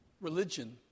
religion